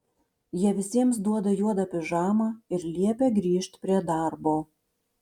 jie visiems duoda juodą pižamą ir liepia grįžt prie darbo